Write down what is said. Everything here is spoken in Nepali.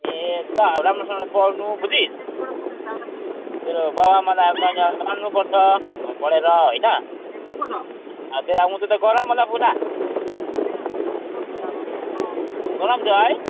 ए ल राम्रोसँगले पढ्नु बुझिस् तेरो बाउ आमालाई अब तैँले पाल्नुपर्छ पढेर होइन अब तेरो अब उँधो त गरम होला पुरा गरम छ है